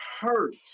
hurt